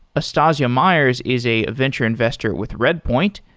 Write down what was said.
astasia myers is a venture investor with redpoint,